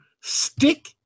stick